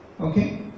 Okay